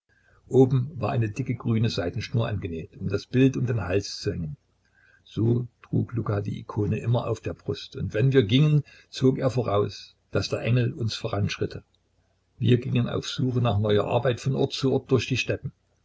oben war eine dicke grüne seidenschnur angenäht um das bild um den hals zu hängen so trug luka die ikone immer auf der brust und wenn wir gingen zog er voraus als wenn der engel selbst uns voranschritte wir gingen auf suche nach neuer arbeit von ort zu ort durch die steppen